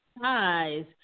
size